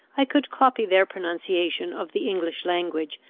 i could copy their pronunciation of the english language,